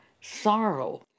sorrow